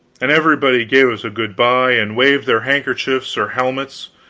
and everybody gave us a goodbye and waved their handkerchiefs or helmets.